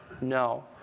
No